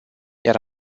iar